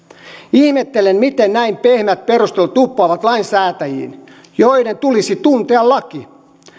ihmettelen miten näin pehmeät perustelut uppoavat lainsäätäjiin joiden tulisi tuntea laki